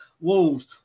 Wolves